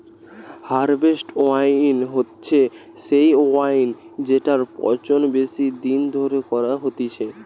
harvest wine হচ্ছে সেই wine জেটির পচন বেশি দিন ধরে করা হতিছে